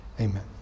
amen